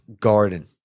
garden